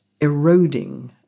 eroding